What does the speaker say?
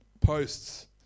posts